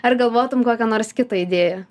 ar galvotum kokią nors kitą idėją